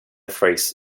phrase